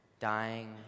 Dying